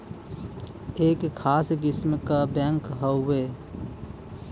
एक खास किस्म क बैंक हउवे